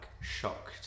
shocked